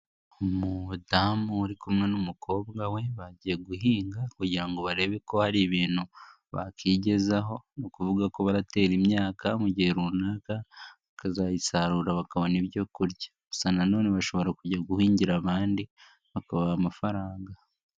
Umudamu uri kumwe n'umukobwa we bagiye guhinga kugira ngo barebe ko hari ibintu bakigezaho ,ni ukuvuga ko baratera imyaka mu gihe runaka bakazayisarura bakabona ibyo kurya ,gusa nanone bashobora kujya guhingira abandi bakabaha amafaranga.